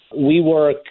WeWork